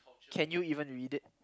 can you even read it